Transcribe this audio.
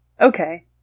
Okay